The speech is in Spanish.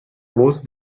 voz